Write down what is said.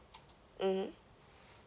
mmhmm